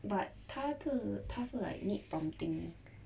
but 他是他是 like need prompting